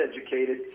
educated